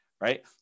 Right